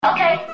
Okay